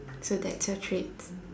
so that's your treats